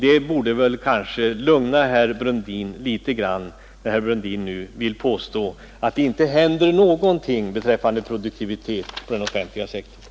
Det borde väl lugna herr Brundin när nu herr Brundin tror att det inte händer någonting i fråga om produktiviteten på den offentliga sektorn.